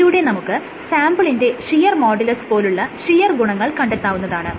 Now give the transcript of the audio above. ഇതിലൂടെ നമുക്ക് സാംപിളിന്റെ ഷിയർ മോഡുലസ് പോലുള്ള ഷിയർ ഗുണങ്ങൾ കണ്ടെത്താവുന്നതാണ്